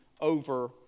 over